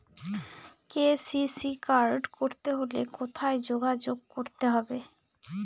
KCC card করতে হলে কোথায় যোগাযোগ করতে হবে?